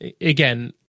again